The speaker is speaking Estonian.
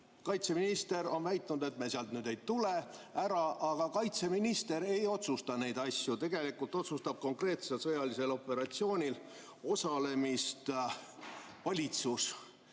Kaitseminister on väitnud, et me ei tule sealt ära. Aga kaitseminister ei otsusta neid asju, tegelikult otsustab konkreetsel sõjalisel operatsioonil osalemise valitsus.